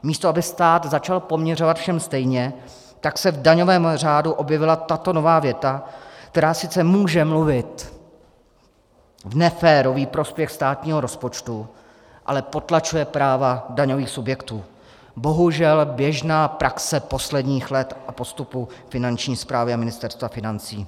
Místo aby stát začal poměřovat všem stejně, tak se v daňovém řádu objevila tato nová věta, která sice může mluvit v neférový prospěch státního rozpočtu, ale potlačuje práva daňových subjektů bohužel běžná praxe posledních let v postupu Finanční správy a Ministerstva financí.